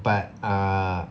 but uh